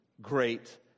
great